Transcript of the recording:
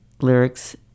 lyrics